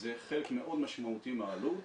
זה חלק מאוד משמעותי מהעלות.